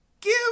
Give